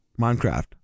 Minecraft